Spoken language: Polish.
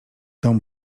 dom